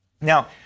Now